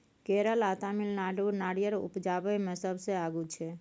केरल आ तमिलनाडु नारियर उपजाबइ मे सबसे आगू छै